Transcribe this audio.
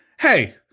Hey